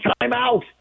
timeout